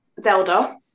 Zelda